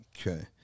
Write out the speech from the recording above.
Okay